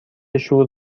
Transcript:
شور